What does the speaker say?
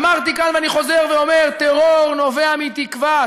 אמרתי כאן ואני חוזר ואומר: טרור נובע מתקווה,